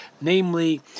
namely